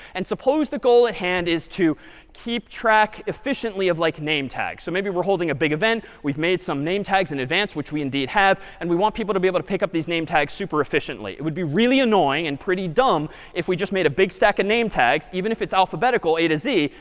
and suppose the goal at hand is to keep track efficiently of like a name tags. so maybe we're holding a big event. we've made some name tags in advance, which we indeed have. and we want people to be able to pick up these name tags super efficiently. it would be really annoying and pretty dumb if we just made a big stack and name tags, even if it's alphabetical, a to z,